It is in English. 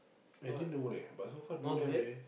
I didn't know leh but so far don't have leh